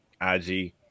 IG